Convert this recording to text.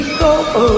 go